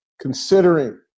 considering